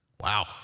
Wow